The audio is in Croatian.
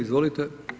Izvolite.